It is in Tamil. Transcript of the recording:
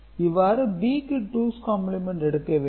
இவ்வாறு B க்கு டூஸ் காம்ப்ளிமென்ட் எடுக்க வேண்டும்